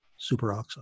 superoxide